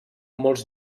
molts